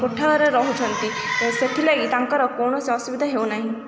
କୋଠା ଘରେ ରହୁଛନ୍ତି ସେଥିଲାଗି ତାଙ୍କର କୌଣସି ଅସୁବିଧା ହେଉନାହିଁ